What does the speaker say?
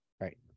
right